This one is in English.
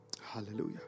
Hallelujah